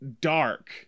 dark